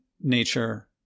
nature